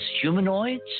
humanoids